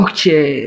Okay